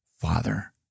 father